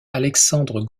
alexandre